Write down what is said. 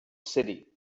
city